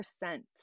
percent